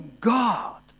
God